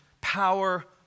power